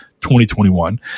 2021